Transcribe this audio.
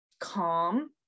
calm